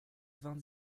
vingt